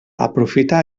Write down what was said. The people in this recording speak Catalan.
aprofita